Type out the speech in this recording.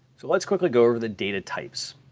so let's quickly go over the data types.